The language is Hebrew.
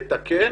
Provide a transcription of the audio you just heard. אבל לתקן